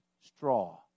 straw